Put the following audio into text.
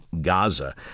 Gaza